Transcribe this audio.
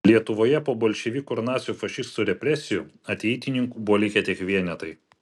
lietuvoje po bolševikų ir nacių fašistų represijų ateitininkų buvo likę tik vienetai